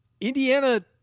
Indiana